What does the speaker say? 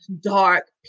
dark